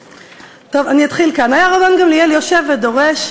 טוב, אתחיל כאן: היה רבן גמליאל יושב ודורש.